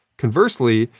conversely,